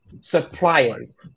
suppliers